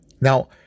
Now